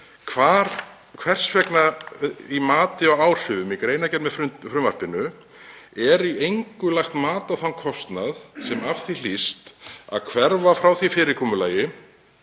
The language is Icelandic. Hvers vegna er í mati á áhrifum í greinargerð með frumvarpinu í engu lagt mat á þann kostnað sem af því hlýst að hverfa frá því fyrirkomulagi